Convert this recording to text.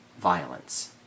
violence